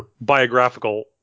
biographical